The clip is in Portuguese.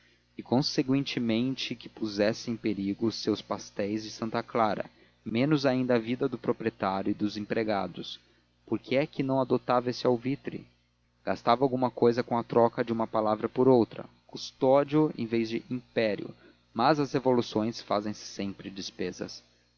e conseguintemente que pusesse em perigo os seus pastéis de santa clara menos ainda a vida do proprietário e dos empregados por que é que não adotava esse alvitre gastava alguma cousa com a troca de uma palavra por outra custódio em vez de império mas as revoluções trazem sempre despesas